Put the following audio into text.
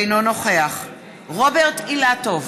אינו נוכח רוברט אילטוב,